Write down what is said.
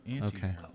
Okay